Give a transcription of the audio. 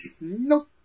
Nope